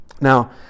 Now